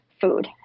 food